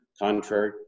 contrary